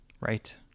right